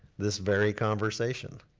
this very conversation.